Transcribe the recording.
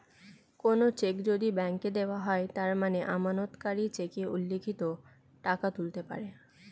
কোনো চেক যদি ব্যাংকে দেওয়া হয় তার মানে আমানতকারী চেকে উল্লিখিত টাকা তুলতে পারে